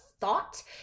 thought